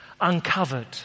Uncovered